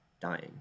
dying